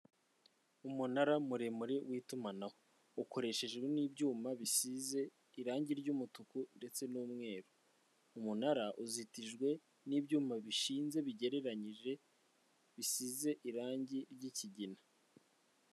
Umunara muremure w'itumanaho ukoreshejwe n'ibyuma bisize irangi ry'umutuku, ndetse n'umweru, umunara uzitijwe n'ibyuma bishinze bigereranyije bisize irangi ry'ikigina.